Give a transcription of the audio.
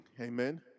Amen